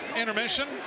intermission